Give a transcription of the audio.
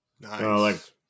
Nice